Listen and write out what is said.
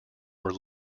were